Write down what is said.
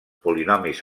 polinomis